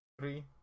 Three